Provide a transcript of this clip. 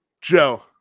joe